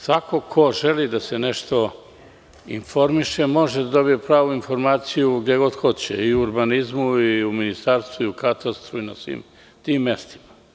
Svako ko želi da se nešto informiše može da dobije pravo informaciju gde god hoće i urbanizmu, i u ministarstvu, i u katastru i na svim tim mestima.